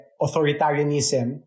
authoritarianism